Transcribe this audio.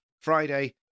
Friday